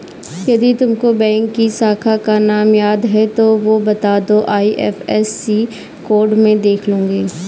यदि तुमको बैंक की शाखा का नाम याद है तो वो बता दो, आई.एफ.एस.सी कोड में देख लूंगी